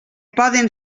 poden